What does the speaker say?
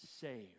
saved